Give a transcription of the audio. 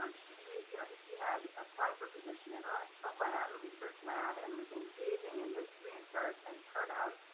um she, you know, she had applied for a position in ah a lab or research lab and was engaging in this research and turned out,